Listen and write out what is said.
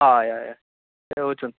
हहय हय थंय वचून